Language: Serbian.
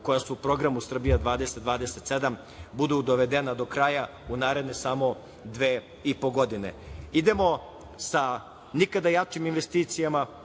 koja su u programu „Srbija 2027“ budu dovedena do kraja u naredne samo dve i po godine. Idemo sa nikada jačim investicijama,